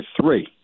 three